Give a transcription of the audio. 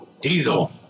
diesel